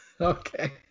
Okay